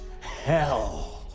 hell